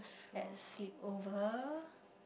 at sleepover